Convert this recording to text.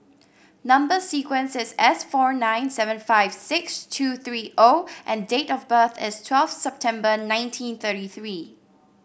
number sequence is S four nine seven five six two three O and date of birth is twelve September nineteen thirty three